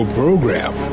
program